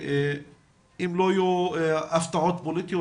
אם לא יהיו הפתעות פוליטיות,